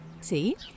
see